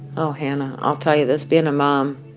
oh, hanna, i'll tell you this. being a mom,